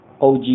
OG